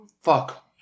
Fuck